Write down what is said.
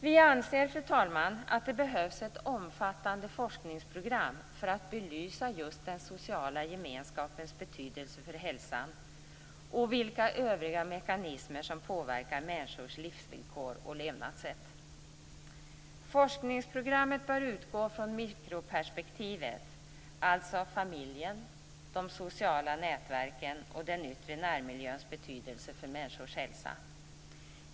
Vi anser, fru talman, att det behövs ett omfattande forskningsprogram för att belysa just den sociala gemenskapens betydelse för hälsan och vilka övriga mekanismer som påverkar människors livsvillkor och levnadssätt. Forskningsprogrammet bör utgå från mikroperspektivet, alltså familjen, de sociala nätverken och den yttre närmiljöns betydelse för människors hälsa.